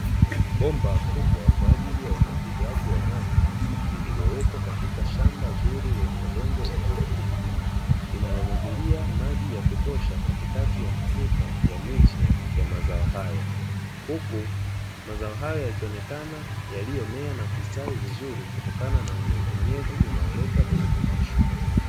Bomba kubwa kwa ajili ya umwagiliaji wa maji, lililowekwa Katika shamba kubwa lenye udongo wenye rutuba. Linalo mwagilia maji ya kutosha Katikati ya matuta ya miche ya mazao hayo. Huku mazao hayo yakionekana kumea na kustawi vizuri kutokana na unyevu unyevu unaoleta virutubisho.